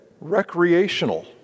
Recreational